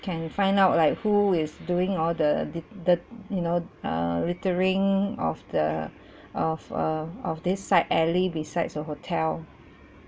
can find out like who is doing all the lit~ the you know uh littering of the of uh of this side alley besides the hotel